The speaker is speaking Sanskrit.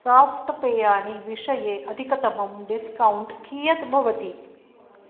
साफ़्ट् पेयाणि विषये अधिकतमं डिस्कौण्ट् कियत् भवति